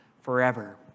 forever